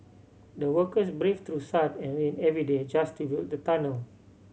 the workers braved through sun and rain every day just to build the tunnel